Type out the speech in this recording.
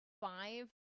five